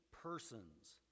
persons